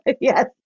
Yes